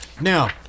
Now